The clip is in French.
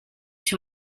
sur